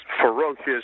ferocious